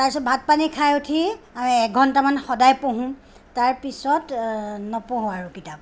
তাৰপিছত ভাত পানী খাই উঠি এঘণ্টামান সদায় পঢ়ো তাৰপিছত নপঢ়ো আৰু কিতাপ